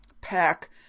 pack